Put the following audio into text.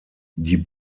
die